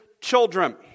children